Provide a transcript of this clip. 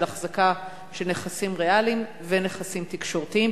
אחזקה של נכסים ריאליים ונכסים תקשורתיים,